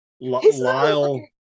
Lyle